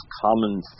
common